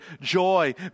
joy